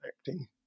acting